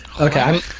Okay